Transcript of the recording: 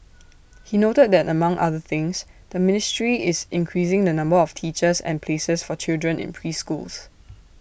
he noted that among other things the ministry is increasing the number of teachers and places for children in preschools